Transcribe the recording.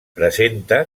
presenta